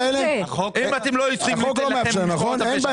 החוק לא מאפשר, נכון?